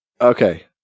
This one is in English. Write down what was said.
Okay